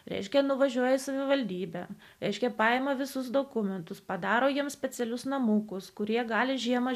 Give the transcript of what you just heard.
reiškia nuvažiuoja į savivaldybę reiškė paima visus dokumentus padaro jiems specialius namukus kurie gali žiemą